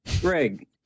Greg